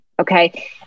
Okay